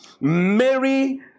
Mary